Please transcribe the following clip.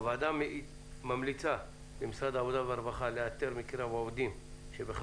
הוועדה ממליצה למשרד העבודה והרווחה לאתר מקרב העובדים שנמצאים